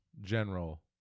general